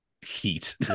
heat